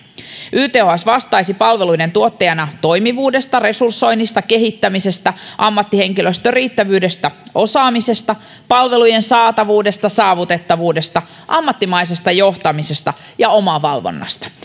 yths vastaisi palveluiden tuottajana toimivuudesta resursoinnista kehittämisestä ammattihenkilöstön riittävyydestä osaamisesta palvelujen saatavuudesta saavutettavuudesta ammattimaisesta johtamisesta ja omavalvonnasta